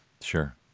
Sure